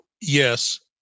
Yes